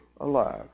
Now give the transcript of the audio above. alive